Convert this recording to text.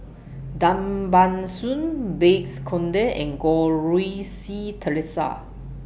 Tan Ban Soon Bakes Conde and Goh Rui Si Theresa